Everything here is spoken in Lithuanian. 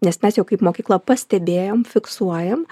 nes mes jau kaip mokykla pastebėjom fiksuojam